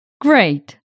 Great